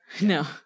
No